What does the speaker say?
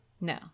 No